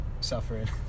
suffering